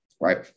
right